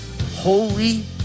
holy